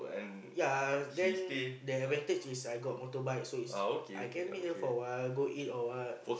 ya then the advantage is I got motorbike so is I can meet her for a while go eat or what